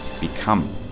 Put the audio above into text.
become